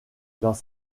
dans